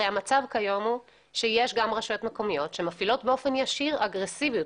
הרי המצב כיום הוא שיש גם רשויות שמפעילות אגרסיביות באופן ישיר.